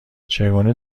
چگونه